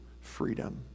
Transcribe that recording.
freedom